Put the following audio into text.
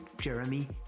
jeremy